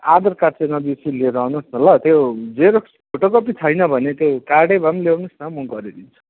आधार card चाहिँ नबिर्सि लिएर आउनुहोस् ल त्यो जेरक्स फोटोकपी तपाईँको छैन भने त्यो कार्डै भए पनि ल्याउनुहोस् न म गरिदिन्छु